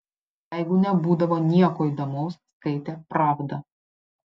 jeigu nebūdavo nieko įdomaus skaitė pravdą